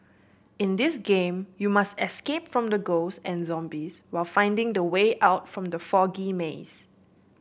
in this game you must escape from the ghosts and zombies while finding the way out from the foggy maze